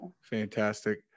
Fantastic